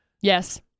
Yes